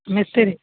मिस्त्री